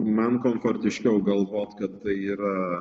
man komfortiškiau galvot kad tai yra